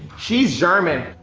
she's german,